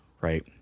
right